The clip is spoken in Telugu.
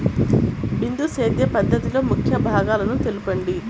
బిందు సేద్య పద్ధతిలో ముఖ్య భాగాలను తెలుపండి?